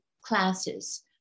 classes